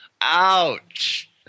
Ouch